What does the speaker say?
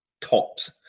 tops